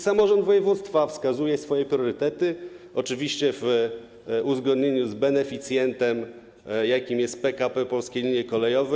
Samorząd województwa wskazuje swoje priorytety, oczywiście w uzgodnieniu z beneficjentem, jakim jest PKP Polskie Linie Kolejowe.